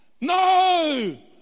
No